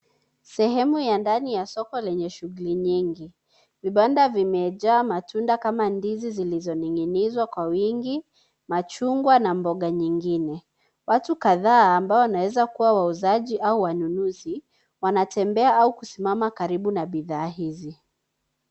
Sehemu ya ndani ya soko lenye shughulii nyingi, vibanda vimejaa matunda kama ndizi zilizo ninginizwa kwa wingi, machungwa na mboga nyingine, watu kadhaa ambao wanaweza kuwa wauzaji au wanunuzi, wanatembea au kusimama karibu na bidhaa hizi.